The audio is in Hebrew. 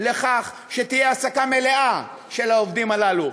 לכך שתהיה העסקה מלאה של העובדים הללו.